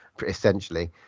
essentially